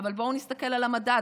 אבל בואו נסתכל על המדד.